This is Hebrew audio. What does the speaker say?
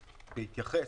צריך לזכור,